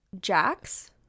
Jack's